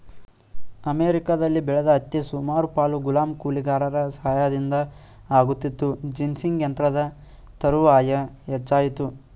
ಅಮೆರಿಕದಲ್ಲಿ ಬೆಳೆದ ಹತ್ತಿ ಸುಮಾರು ಪಾಲು ಗುಲಾಮ ಕೂಲಿಗಾರರ ಸಹಾಯದಿಂದ ಆಗುತ್ತಿತ್ತು ಜಿನ್ನಿಂಗ್ ಯಂತ್ರದ ತರುವಾಯ ಹೆಚ್ಚಾಯಿತು